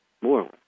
More